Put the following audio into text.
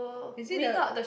is it the